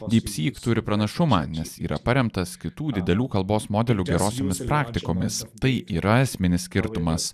dypsyk turi pranašumą nes yra paremtas kitų didelių kalbos modelių gerosiomis praktikomis tai yra esminis skirtumas